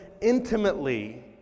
intimately